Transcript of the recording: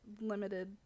limited